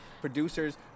producers